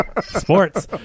Sports